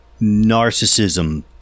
Narcissism